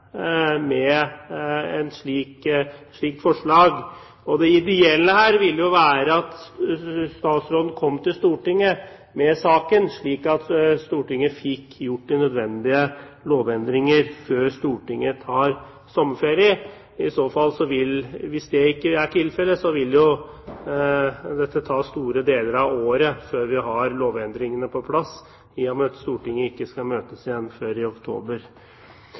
med et slikt forslag. Det ideelle her ville jo være at statsråden kom til Stortinget med saken så raskt at Stortinget fikk gjort de nødvendige lovendringer før Stortinget tar sommerferie. Hvis det ikke er tilfellet, vil det jo ta store deler av året før vi har lovendringene på plass, i og med at Stortinget ikke skal møtes igjen før i oktober.